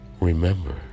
remember